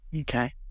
okay